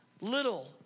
little